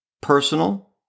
personal